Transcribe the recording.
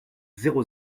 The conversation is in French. zéro